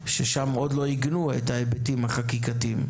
ששם עוד לא עיגנו את ההיבטים החקיקתיים.